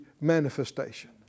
manifestation